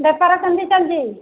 ବେପାର କେମିତି ଚାଲିଛି